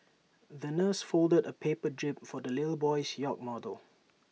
the nurse folded A paper jib for the little boy's yacht model